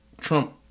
Trump